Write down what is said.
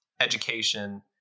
education